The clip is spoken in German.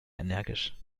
energisch